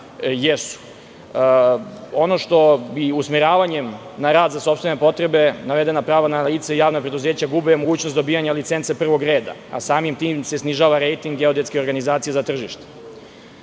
jesu. Usmeravanjem na rad za sopstvene potrebe navedena pravna lica i javna preduzeća gube mogućnost dobijanja licence prvog reda, a samim tim se snižava rejting geodetske organizacije za